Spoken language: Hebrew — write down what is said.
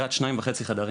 דירת שניים וחצי חדרים.